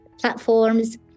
platforms